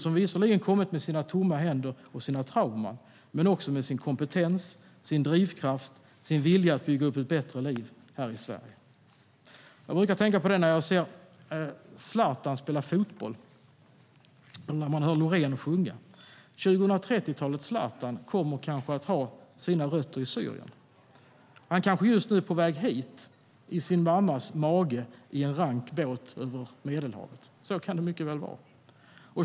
De har visserligen kommit med tomma händer och trauman men också med kompetens, drivkraft och en vilja att bygga upp ett bättre liv här i Sverige.Jag brukar tänka på det när jag ser Zlatan spela fotboll och när jag hör Loreen sjunga. 2030-talets Zlatan kommer kanske att ha sina rötter i Syrien. Han kanske just nu är på väg hit, i sin mammas mage i en rank båt över Medelhavet. Så kan det mycket väl vara.